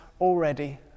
already